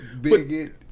bigot